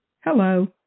Hello